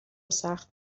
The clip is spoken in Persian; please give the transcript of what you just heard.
سخت